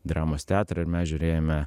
dramos teatrą ir mes žiūrėjome